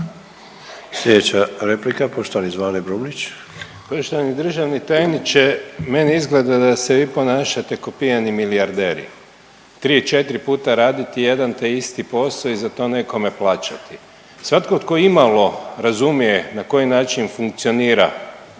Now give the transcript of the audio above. Slijedeća replika poštovani Zvane Brumnić.